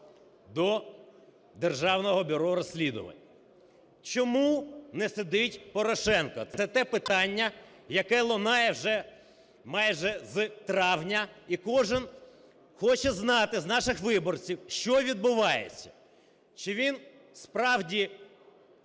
до Державного бюро розслідувань. Чому не сидить Порошенко? Це те питання, яке лунає вже майже з травня, і кожен хоче знати з наших виборців, що відбувається, чи він справді